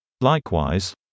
Likewise